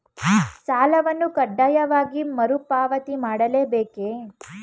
ಸಾಲವನ್ನು ಕಡ್ಡಾಯವಾಗಿ ಮರುಪಾವತಿ ಮಾಡಲೇ ಬೇಕೇ?